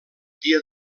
dia